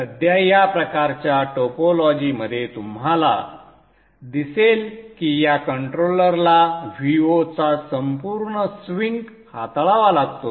सध्या या प्रकारच्या टोपोलॉजी मध्ये तुम्हाला दिसेल की या कंट्रोलर ला Vo चा संपूर्ण स्विंग हाताळावा लागतो